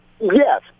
Yes